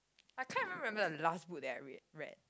I can't really remember the last book that I read read